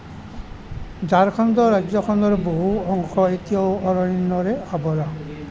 ঝাৰখণ্ড ৰাজ্যখনৰ বহু অংশ এতিয়াও অৰণ্যৰে আৱৰা